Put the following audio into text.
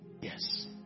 Yes